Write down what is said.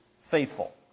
faithful